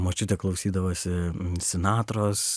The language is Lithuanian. močiutė klausydavosi sinatros